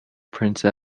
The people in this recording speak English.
prince